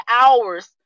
hours